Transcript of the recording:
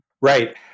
Right